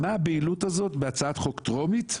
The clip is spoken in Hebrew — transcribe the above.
הבהילות הזאת בהצעת חוק טרומית.